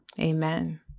Amen